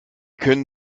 können